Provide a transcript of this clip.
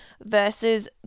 versus